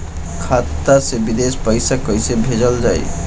खाता से विदेश पैसा कैसे भेजल जाई?